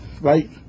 right